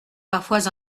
parfois